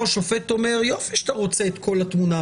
השופט אומר: יופי שאתה רוצה את כל התמונה,